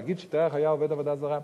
להגיד שתרח היה עובד עבודה זרה?